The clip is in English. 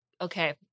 okay